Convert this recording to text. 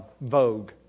vogue